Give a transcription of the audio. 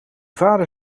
vader